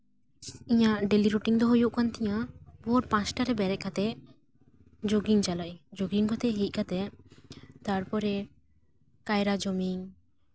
ᱤᱧᱟᱹᱜ daily routine ᱫᱚ ᱦᱩᱭᱩᱜ ᱠᱟᱱ ᱛᱤᱧᱟ ᱵᱷᱳᱨ ᱯᱟᱸᱪᱴᱟ ᱨᱮ ᱵᱮᱨᱮᱫ ᱠᱟᱛᱮ ᱡᱳᱜᱤᱝ ᱪᱟᱞᱟᱜ ᱤᱧ ᱡᱳᱜᱤᱝ ᱠᱟᱛᱮ ᱦᱮᱡ ᱠᱟᱛᱮ ᱛᱟᱨᱯᱚᱨᱮ ᱠᱟᱭᱨᱟ ᱡᱚᱢᱟᱧ